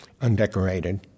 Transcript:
undecorated